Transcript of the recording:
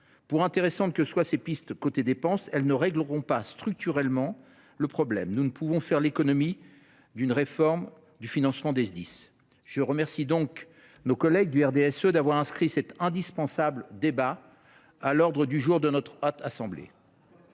Pour intéressantes que soient ces pistes côté dépenses, elles ne régleront pas structurellement le problème : nous ne pouvons faire l’économie d’une réforme du financement des Sdis. Je remercie donc nos collègues du RDSE d’avoir inscrit cet indispensable débat à l’ordre du jour de la Haute Assemblée.